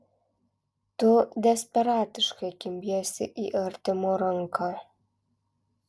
tu desperatiškai kimbiesi į artimo ranką